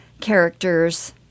characters